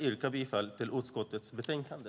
yrkar bifall till förslaget i utskottets betänkande.